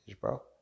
bro